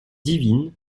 divine